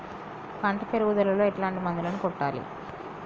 పంట పెరుగుదలలో ఎట్లాంటి మందులను కొట్టాలి?